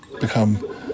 become